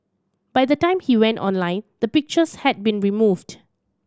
by the time he went online the pictures had been removed